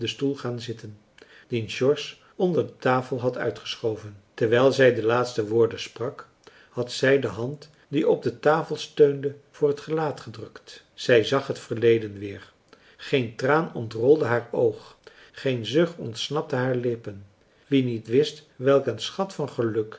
stoel gaan zitten dien george onder de tafel had uitgeschoven terwijl zij de laatste woorden sprak had zij de hand die op de tafel steunde voor het gelaat gedrukt zij zag het verleden weer geen traan ontrolde haar oog geen zucht ontsnapte haar lippen wie niet wist welk een schat van geluk